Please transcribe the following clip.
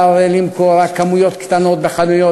יהיה למכור רק כמויות קטנות בחנויות,